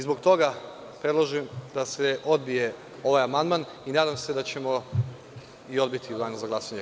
Zbog toga predlažem da se odbije ovaj amandman i nadam se da ćemo i odbiti u Danu za glasanje.